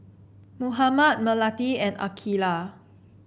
Muhammad Melati and Aqeelah